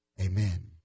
amen